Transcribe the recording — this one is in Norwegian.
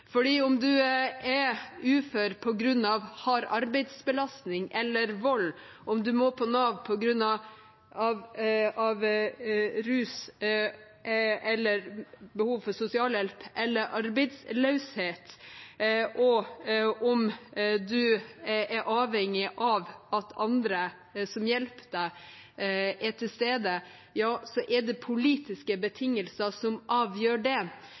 om man er ufør på grunn av hard arbeidsbelastning eller vold, om man må på Nav på grunn av rus, behov for sosialhjelp eller arbeidsløshet, og om man er avhengig av at andre som hjelper deg, er til stede – ja, så er det politiske betingelser som avgjør det.